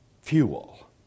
fuel